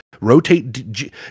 rotate